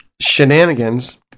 shenanigans